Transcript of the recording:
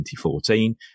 2014